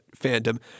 fandom